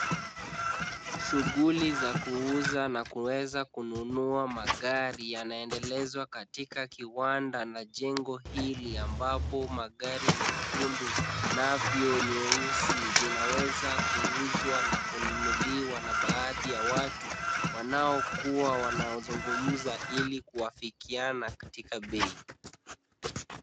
Shughuli za kuuza na kuweza kununua magari zinaendelezwa katika kiwanda na jengo hili ambapo magari mekundu nao meusi yanaweza kuuzwa na kununuliwa na baadhi ya watu, ambao wanaweza kuwa wanazungumza ili kuafikiana katika bei.